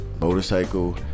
motorcycle